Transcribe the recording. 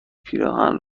پیراهن